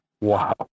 Wow